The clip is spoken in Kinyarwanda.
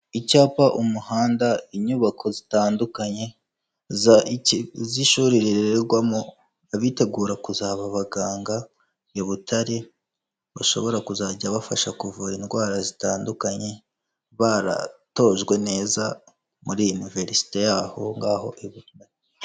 Icyapa, umuhanda, inyubako zitandukanye z'ishuri rirererwamo abitegura kuzaba abaganga i Butare bashobora kuzajya bafasha kuvura indwara zitandukanye baratojwe neza muri iniverisite y'aho ngaho i Butare.